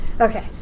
okay